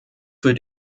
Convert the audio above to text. für